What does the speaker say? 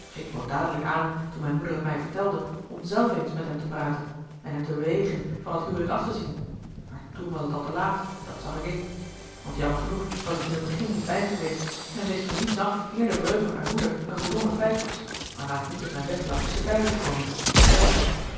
ik bood dadelijk aan toen mijn moeder t mij vertelde om zelf eens met hem te praten en hem te bewegen van dat huwelijk af te zien maar toen was het al te laat dat zag ik in want jammer genoeg was ik er in t begin niet bij geweest en wist van niets af eer de breuk met mijn moeder een voldongen feit was waarna het niet op mijn weg lag tusschenbeide te komen dat begrijpt u